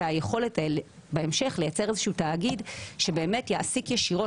היכולת בהמשך לייצר איזשהו תאגיד שיעסיק ישירות,